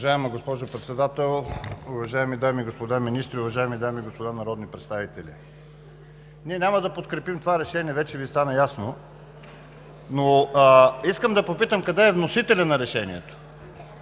Уважаема госпожо Председател, уважаеми дами и господа министри, уважаеми дами и господа народни представители! Ние няма да подкрепим това решение, вече Ви стана ясно, но искам да попитам къде е носителят на решението,